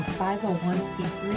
501c3